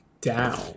down